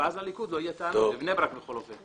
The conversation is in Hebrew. ואז לליכוד לא יהיו טענות בבני ברק בכל אופן.